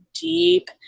deep